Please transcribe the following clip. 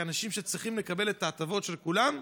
אנשים שצריכים לקבל את ההטבות של כולם,